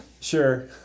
Sure